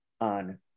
on